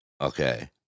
okay